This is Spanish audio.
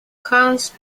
hans